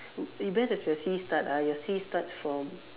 eh where does your sea start ah your sea starts from